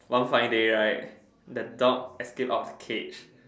one fine day right that dog escape out of the cage